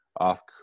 ask